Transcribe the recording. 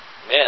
Man